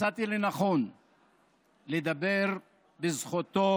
מצאתי לנכון לדבר בזכותו